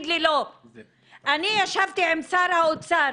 אני ישבתי עם שר האוצר